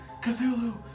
Cthulhu